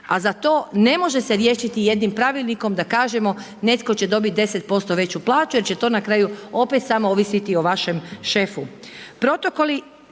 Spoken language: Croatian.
a za to ne može se riješiti jednim pravilnikom da kažemo netko će dobiti 10% veću plaću, jer će to na kraju opet samo ovisiti o vašem šefu. Protokoli